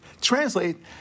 translate